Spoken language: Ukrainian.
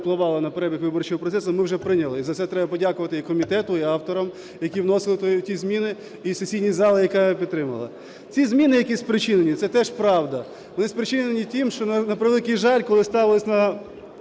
впливали на перебіг виборчого процесу, ми вже прийняли. І за це треба подякувати і комітету, і авторам, які вносили ті зміни, і сесійній залі, яка їх підтримала. Ці зміни, які спричинені, це теж правда, вони спричинені тим, що, на превеликий жаль, коли ставились на